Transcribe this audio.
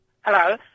Hello